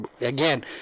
again